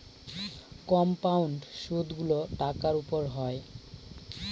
compound সুদগুলো টাকার উপর হয়